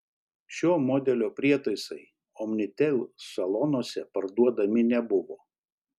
šio modelio prietaisai omnitel salonuose parduodami nebuvo